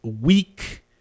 week